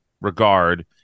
regard